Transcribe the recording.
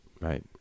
right